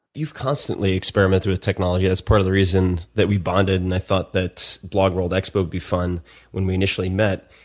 you've constantly experimented with technology that's part of the reason that we bonded and i thought that blog world expo would be fun when we initially met.